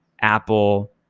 Apple